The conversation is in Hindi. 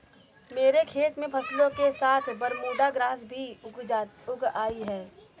मेरे खेत में फसलों के साथ बरमूडा ग्रास भी उग आई हैं